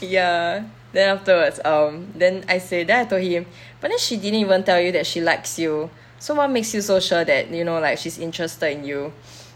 ya then afterwards um then I say I told him but then she didn't even tell you that she likes you so what makes you so sure that you know like she is interested in you